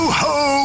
ho